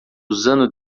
usando